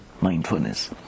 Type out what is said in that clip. mindfulness